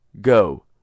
Go